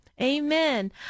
Amen